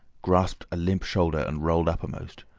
grasped a limp shoulder, and rolled uppermost.